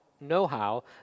know-how